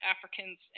Africans